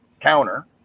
counter